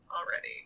already